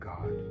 God